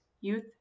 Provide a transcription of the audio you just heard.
youth